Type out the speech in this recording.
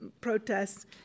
protests